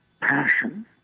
passion